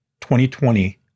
2020